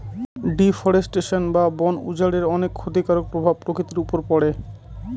deforestation বা বন উজাড়ের অনেক ক্ষতিকারক প্রভাব প্রকৃতির উপর পড়ে